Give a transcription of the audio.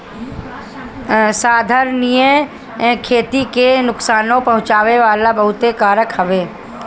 संधारनीय खेती के नुकसानो पहुँचावे वाला बहुते कारक हवे